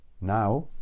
now